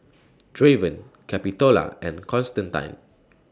Draven Capitola and Constantine